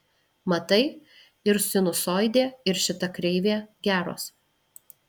matai ir sinusoidė ir šita kreivė geros